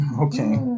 Okay